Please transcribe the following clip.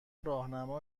راهنما